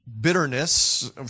bitterness